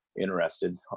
interested